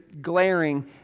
glaring